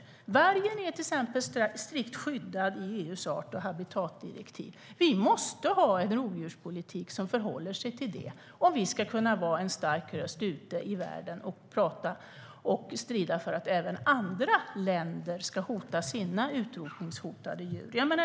Vargen är till exempel strikt skyddad genom EU:s art och habitatdirektiv. Vi måste ha en rovdjurspolitik som förhåller sig till det, om vi ska kunna vara en stark röst ute i världen och strida för att även andra länder ska skydda sina utrotningshotade djur.